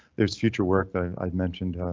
there's future work that i've mentioned.